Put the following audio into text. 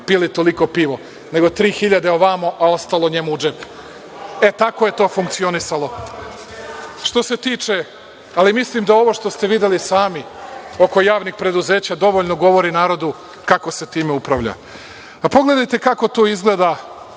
pili toliko pivo, nego tri hiljade ovamo, a ostalo njemu u džep. E, tako je to funkcionisalo. Ali, mislim da ovo što ste videli sami, oko javnih preduzeća dovoljno govori narodu kako se time upravlja.A, pogledajte kako to izgleda